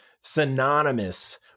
synonymous